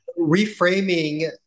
reframing